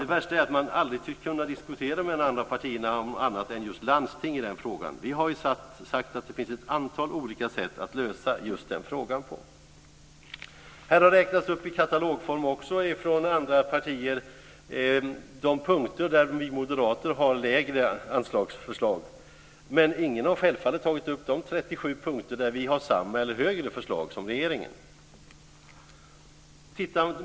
Det värsta är att man aldrig tycks kunna diskutera med de andra partierna om annat än just landsting i den frågan. Vi har sagt att det finns ett antal olika sätt att lösa just den frågan på. Här har också från andra partier räknats upp i katalogform de punkter där vi moderater har lägre anslagsförslag. Men ingen har självfallet tagit upp de 37 punkter där vi har samma eller högre nivå som regeringen i våra förslag.